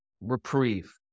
reprieve